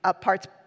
parts